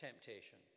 temptation